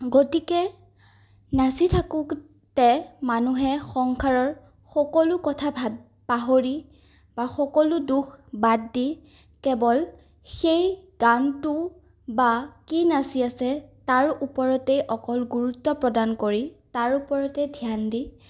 গতিকে নাচি থাকোঁতে মানুহে সংসাৰৰ সকলো কথা ভাৱ পাহৰি বা সকলো দুখ বাদ দি কেৱল সেই গানটো বা কি নাচি আছে তাৰ ওপৰতেই অকল গুৰুত্ব প্ৰদান কৰি তাৰ ওপৰতে ধ্যান দি